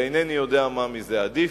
ואינני יודע מה מזה עדיף.